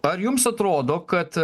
ar jums atrodo kad